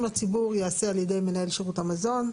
לציבור ייעשה על ידי מנהל שירות המזון.